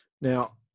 Now